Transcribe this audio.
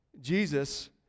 Jesus